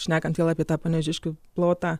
šnekant vėl apie tą panevėžiškių plotą